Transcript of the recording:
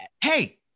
Hey